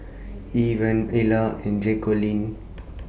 Ivan Ilah and Jaqueline